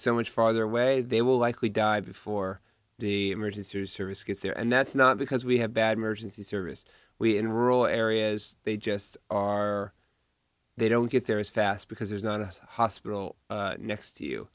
so much farther away they will likely die before the emergency service gets there and that's not because we have bad mergence the service we in rural areas they just are they don't get there as fast because there's not a hospital next to you